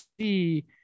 see